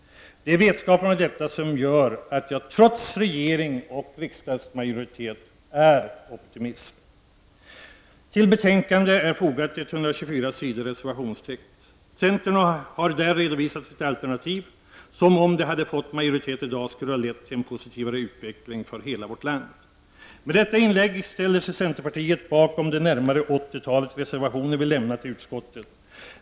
Det är vetskapen om detta som gör att jag, trots regeringens och riksdagsmajoritetens inställning, är optimist. Till betänkandet har 124 sidor reservationstext fogats. Där redovisas bl.a. centerns alternativ — som, om det i dag stöddes av en majoritet, skulle leda till en positivare utveckling i hela vårt land. Med detta inlägg ställer vi i centerpartiet oss bakom det 80-tal reservationer som vi har avlämnat i utskottet.